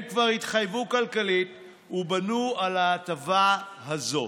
הם כבר התחייבו כלכלית ובנו על ההטבה הזו.